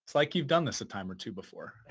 like you've done this a time or two before.